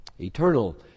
eternal